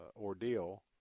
ordeal